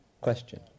question